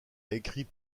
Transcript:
écrit